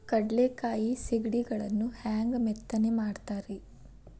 ಕಡಲೆಕಾಯಿ ಸಿಗಡಿಗಳನ್ನು ಹ್ಯಾಂಗ ಮೆತ್ತನೆ ಮಾಡ್ತಾರ ರೇ?